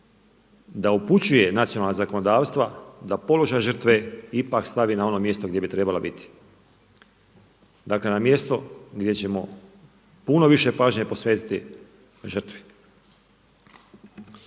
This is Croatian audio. da upućuje nacionalna zakonodavstva da položaj žrtve ipak stavi na ono mjesto gdje bi trebala biti, dakle na mjesto gdje ćemo puno više pažnje posvetiti žrtvi.